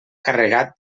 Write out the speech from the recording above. carregat